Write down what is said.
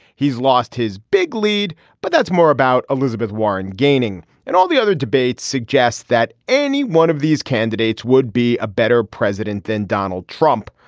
he's lost his big lead but that's more about elizabeth warren gaining and all the other debates suggests that any one of these candidates would be a better president than donald trump.